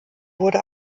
wurde